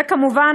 וכמובן,